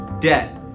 debt